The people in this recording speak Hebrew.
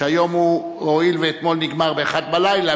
שהיום הוא הואיל ואתמול נגמר באחת בלילה,